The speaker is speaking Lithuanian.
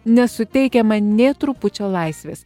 nesuteikiama nė trupučio laisvės